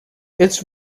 its